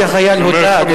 אדוני, נדמה לי שהחייל הודה.